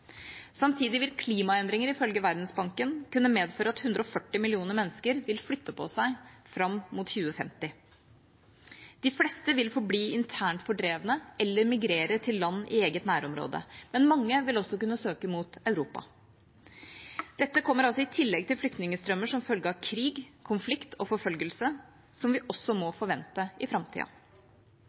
Samtidig vil klimaendringer, ifølge Verdensbanken, kunne medføre at 140 millioner mennesker vil flytte på seg fram mot 2050. De fleste vil forbli internt fordrevne eller migrere til land i eget nærområde, men mange vil også kunne søke mot Europa. Dette kommer altså i tillegg til flyktningstrømmer som følge av krig, konflikt og forfølgelse, som vi også må forvente i framtida.